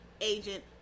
agent